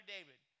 David